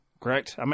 correct